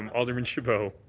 um alderman chabot.